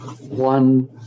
one